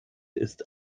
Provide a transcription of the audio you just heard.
ist